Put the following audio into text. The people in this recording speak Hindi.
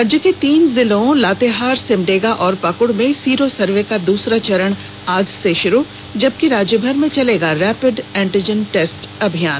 राज्य के तीन जिलों लातेहार सिमडेगा और पाकुड़ में सीरो सर्वे का दूसरा चरण आज से शुरू जबकि राज्यभर में चलेगा रैपिड एंटीजन टेस्ट अभियान